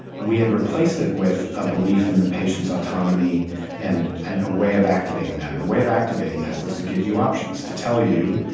we had replaced it with a belief in the patient's autonomy and and a way of activating that. and the way of activating that was to give you options, to tell you,